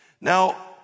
Now